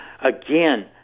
Again